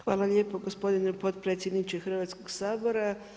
Hvala lijepo gospodine potpredsjedniče Hrvatskog sabora.